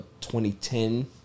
2010